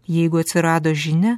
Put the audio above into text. jeigu atsirado žinia